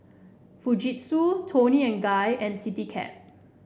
Fujitsu Toni and Guy and Citycab